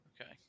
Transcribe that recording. Okay